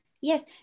yes